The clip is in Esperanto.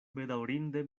bedaŭrinde